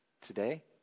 today